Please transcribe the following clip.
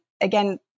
again